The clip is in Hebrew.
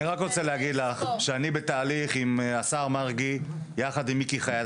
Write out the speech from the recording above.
אני רק רוצה להגיד לך שאני בתהליך עם השר מרגי יחד עם מיקי חייט,